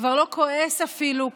כבר לא כועס אפילו,